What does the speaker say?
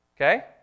Okay